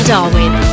Darwin